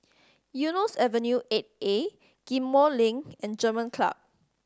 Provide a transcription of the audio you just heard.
Eunos Avenue Eight A Ghim Moh Link and German Club